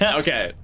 okay